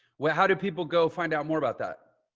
well, how do people go find out more about that?